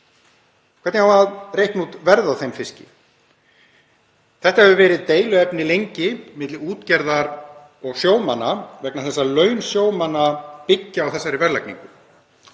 Hvernig á að reikna út verð á þeim fiski? Þetta hefur verið deiluefni lengi milli útgerðar og sjómanna vegna þess að laun sjómanna byggja á þessari verðlagningu.